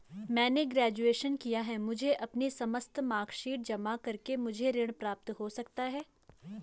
मैंने ग्रेजुएशन किया है मुझे अपनी समस्त मार्कशीट जमा करके मुझे ऋण प्राप्त हो सकता है?